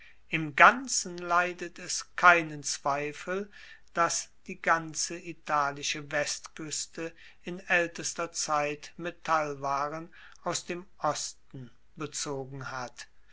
im ganzen leidet es keinen zweifel dass die ganze italische westkueste in aeltester zeit metallwaren aus dem osten bezogen hat